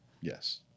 Yes